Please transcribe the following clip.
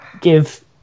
give